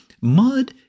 Mud